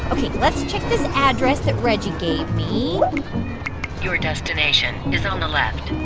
ok, let's this address that reggie gave me your destination is on the left